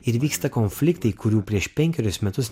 ir vyksta konfliktai kurių prieš penkerius metus